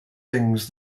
things